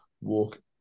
walk